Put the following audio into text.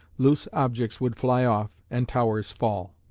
loose objects would fly off, and towers fall.